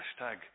Hashtag